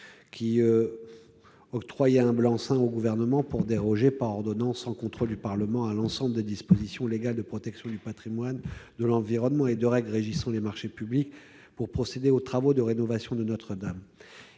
octroyait un blanc-seing au Gouvernement pour déroger par ordonnances, sans contrôle du Parlement, à l'ensemble des dispositions légales en matière de protection du patrimoine et de l'environnement et aux règles régissant les marchés publics, pour procéder aux travaux de rénovation de Notre-Dame.